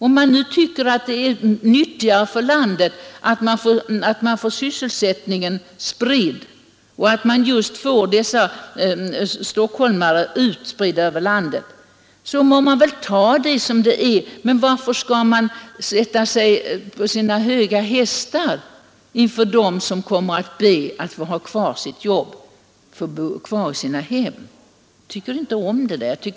Om man tycker att det är nyttigare för landet att sysselsättningen sprids och att just dessa stockholmare sprids ut över landet må man ta det som det är, men varför skall man sätta sig på sina höga hästar inför dem som ber att få ha kvar sina jobb och bo kvar i sina hem? Jag tycker inte om det.